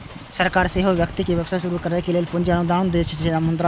सरकार सेहो व्यक्ति कें व्यवसाय शुरू करै लेल पूंजी अनुदान दै छै, जेना मुद्रा योजना